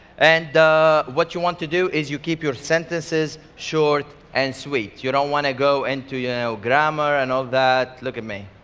and what you want to do is, you keep your sentences short and sweet. you don't want to go and into you know grammar and all that. look at me,